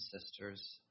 sisters